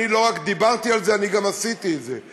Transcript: אני לא רק דיברתי על זה, אני גם עשיתי את זה.